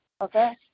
okay